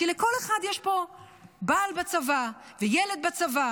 כי לכל אחד יש פה בעל בצבא וילד בצבא